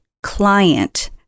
Client